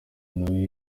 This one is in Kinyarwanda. nawe